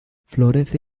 florece